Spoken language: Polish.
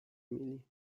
emilii